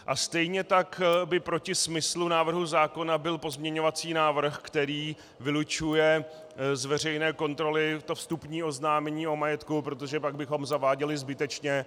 A stejně tak by proti smyslu zákona byl pozměňovací návrh, který vylučuje z veřejné kontroly vstupní oznámení o majetku, protože pak bychom ho zaváděli zbytečně.